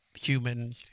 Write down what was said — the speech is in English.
Human